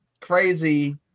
crazy